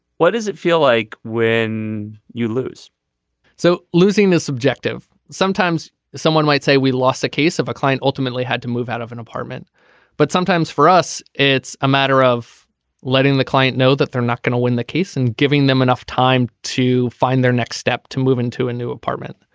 what does it feel like when you lose so losing this objective sometimes someone might say we lost the case of a client ultimately had to move out of an apartment but sometimes for us it's a matter of letting the client know that they're not going to win the case and giving them enough time to find their next step to move into a new apartment.